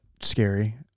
scary